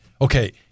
Okay